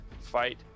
fight